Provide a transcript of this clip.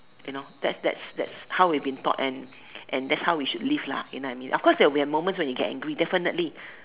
you know that that that's how we've been taught and and that's how we should live lah you know what I mean of course there will be a moments when you will get angry definitely